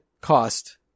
cost